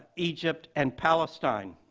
egypt, and palestine.